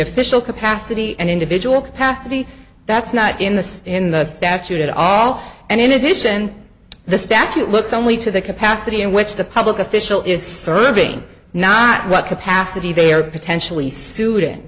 official capacity and individual capacity that's not in the in the statute at all and in addition the statute looks only to the capacity in which the public official is serving not what capacity they are potentially su